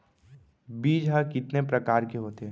बीज ह कितने प्रकार के होथे?